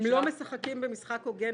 הם לא משחקים במשחק הוגן.